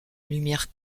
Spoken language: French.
lumière